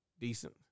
decent